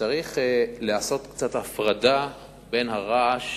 צריך לעשות קצת הפרדה בין הרעש